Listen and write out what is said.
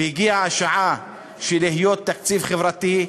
והגיעה השעה לתקציב חברתי.